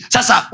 Sasa